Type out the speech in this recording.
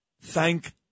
Thank